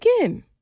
again